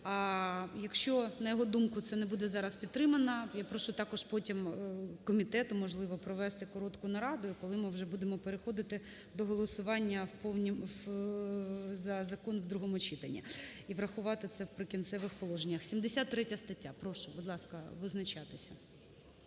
А якщо, на його думку, це не буде зараз підтримано, я прошу також потім комітету, можливо, провести коротку нараду, і коли ми вже будемо переходити до голосування в повній… за закон у другому читанні, і врахувати це в "Прикінцевих положеннях". 73 стаття, прошу, будь ласка, визначатися.